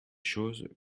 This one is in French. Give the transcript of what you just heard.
choses